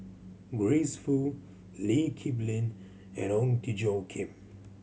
Grace Fu Lee Kip Lin and Ong Tjoe Kim